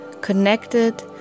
connected